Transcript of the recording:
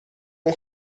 اون